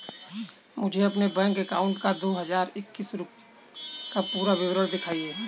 मुझे अपने bank account का दो हज़ार इक्कीस का पूरा विवरण दिखाएँ?